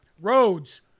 Roads